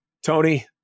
Tony